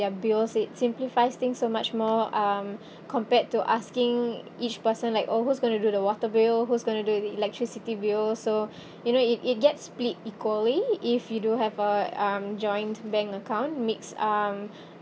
their bills it simplifies thing so much more um compared to asking each person like oh who's going to do the water bill who's going to do the electricity bill so you know it it gets split equally if you do have a um joint bank account makes um